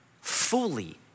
fully